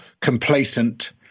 complacent